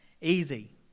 easy